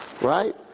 Right